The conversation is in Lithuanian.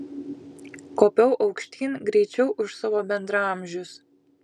kopiau aukštyn greičiau už savo bendraamžius